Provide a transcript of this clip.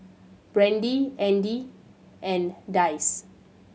Brandie Andy and Dicie